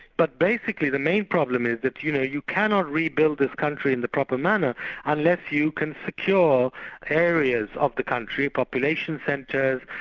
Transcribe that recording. but basically the main problem is tha t you know, you cannot rebuild this country in the proper manner unless you can secure areas of the country, population centres,